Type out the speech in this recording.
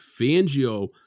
Fangio